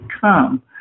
come